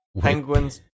Penguins